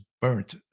burnt